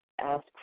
ask